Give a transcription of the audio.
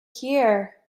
here